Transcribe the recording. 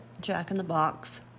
jack-in-the-box